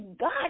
God